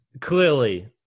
clearly